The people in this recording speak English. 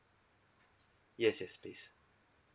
yes yes please